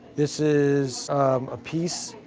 this is a piece,